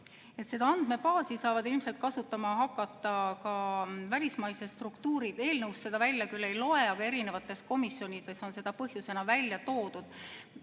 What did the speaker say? Seda andmebaasi saavad ilmselt kasutama hakata ka välismaised struktuurid. Eelnõust seda välja ei loe, aga erinevates komisjonides on seda põhjusena välja toodud.